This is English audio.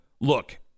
Look